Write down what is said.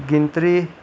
गिनतरी